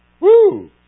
Woo